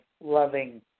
loving